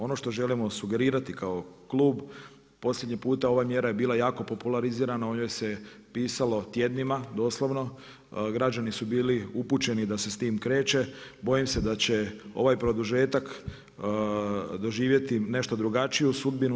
Ono što želimo sugerirati kao Klub, posljednji puta ova mjera je bila jako popularizirana, o njoj se pisalo tjednima, doslovno, građani su bili upućeni da se s tim kreće, bojim se da će ovaj produžetak, doživjeti nešto drugačiju sudbinu.